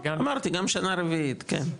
אמרתי, גם שנה רביעית כן.